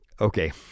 Okay